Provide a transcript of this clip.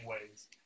ways